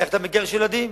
איך אתה מגרש ילדים?